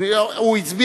הוא נכנס אחרי.